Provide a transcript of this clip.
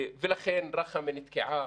ולכן רח'מה נתקעה,